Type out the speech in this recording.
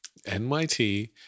NYT